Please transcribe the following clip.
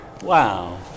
Wow